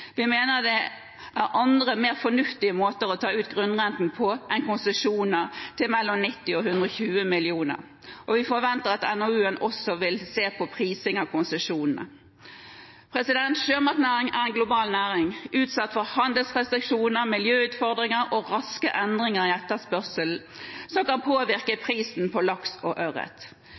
Vi mener det er andre, mer fornuftige måter å ta ut grunnrenten på, enn konsesjoner til mellom 90 mill. kr og 120 mill. kr. Vi forventer at NOU-en også vil se på prising av konsesjonene. Sjømatnæringen er en global næring utsatt for handelsrestriksjoner, miljøutfordringer og raske endringer i etterspørsel, som kan påvirke prisen på laks og ørret.